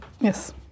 Yes